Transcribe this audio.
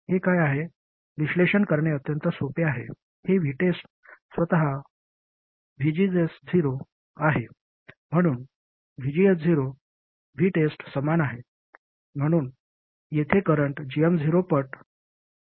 हे काय आहे विश्लेषण करणे अत्यंत सोपे आहे हे VTEST स्वतः VGS0 आहे म्हणून VGS0 VTEST समान आहे म्हणून येथे करंट gm0 पट VTEST आहे